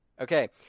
Okay